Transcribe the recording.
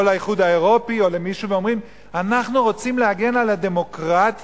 או לאיחוד האירופי או למישהו ואומרים: אנחנו רוצים להגן על הדמוקרטיה